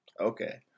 okay